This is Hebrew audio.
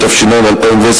התשע"א 2010,